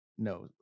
no